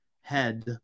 head